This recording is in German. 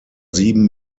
sieben